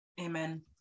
Amen